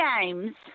games